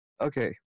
Okay